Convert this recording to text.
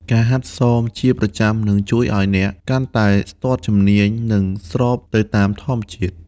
ការហាត់សមជាប្រចាំនឹងជួយឱ្យអ្នកកាន់តែស្ទាត់ជំនាញ និងស្របទៅតាមធម្មជាតិ។